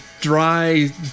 dry